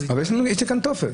שיו"ר ועדת הבחירות ייתן את דעתו,